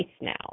now